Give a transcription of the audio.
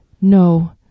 No